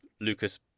Lucas